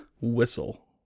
whistle